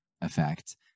effect